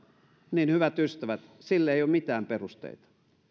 niin hyvät ystävät sille ei ole mitään perusteita